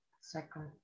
second